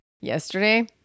yesterday